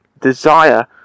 desire